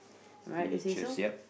am I right to say so